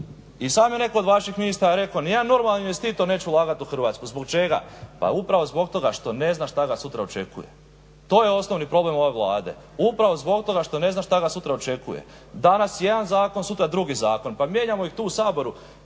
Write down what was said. i sam je od vaših ministara rekao ni jedan normalan investitor neće ulagati u Hrvatsku. Zbog čega? Pa upravo zbog toga što ne zna šta ga sutra očekuje. To je osnovni problem ove Vlade upravo zbog toga što ne zna šta ga sutra očekuje. Danas jedan zakon, sutra drugi zakon. Pa mijenjamo ih tu u Saboru.